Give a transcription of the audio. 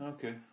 Okay